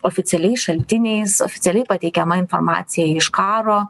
oficialiais šaltiniais oficialiai pateikiama informacija iš karo